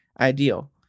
ideal